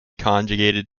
conjugated